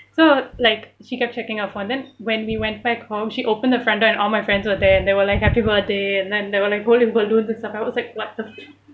so like she kept checking her phone then when we went back home she opened the front door and all my friends were there and they were like happy birthday and then they were like holding balloon the I was like what the